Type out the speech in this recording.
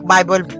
Bible